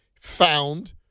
found